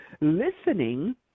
Listening